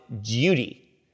duty